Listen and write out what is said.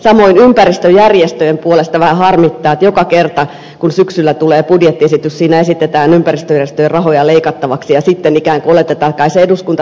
samoin ympäristöjärjestöjen puolesta vähän harmittaa että joka kerta kun syksyllä tulee budjettiesitys siinä esitetään ympäristöjärjestöjen rahoja leikattavaksi ja sitten ikään kuin oletetaan että kai se eduskunta sitten kenties paikkailee